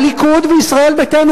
הליכוד וישראל ביתנו,